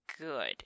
good